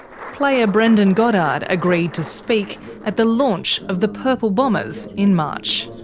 player brendon goddard agreed to speak at the launch of the purple bombers in march